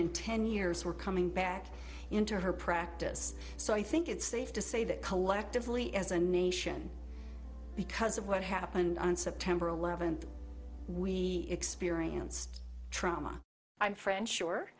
in ten years were coming back into her practice so i think it's safe to say that collectively as a nation because of what happened on september eleventh we experienced trauma i'm french sure